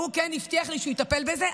שהבטיח לי הפעם שהוא יטפל בזה.